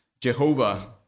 Jehovah